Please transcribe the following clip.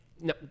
No